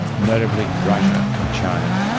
notably russia and china.